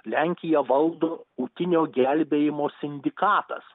lenkiją valdo tautinio gelbėjimo sindikatas